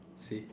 okay